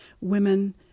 women